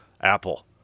Apple